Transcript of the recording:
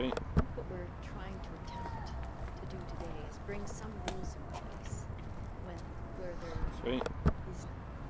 think what we're trying to attempt to do today is bring some rules in place when where there is none.